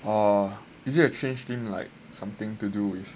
oh is it a changed team like something to do with